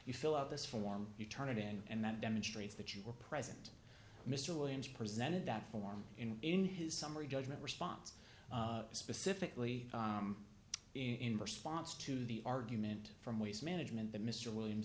you fill out this form you turn it in and that demonstrates that you were present mr williams presented that form in his summary judgment response specifically in response to the argument from waste management that mr williams